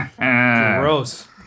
Gross